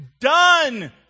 done